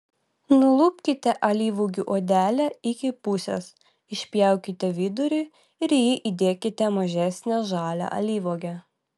nulupkite alyvuogių odelę iki pusės išpjaukite vidurį ir į jį įdėkite mažesnę žalią alyvuogę